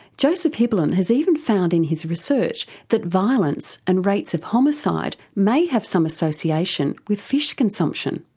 joseph hibbelin has even found in his research that violence and rates of homicide may have some association with fish consumption.